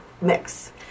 mix